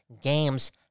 Games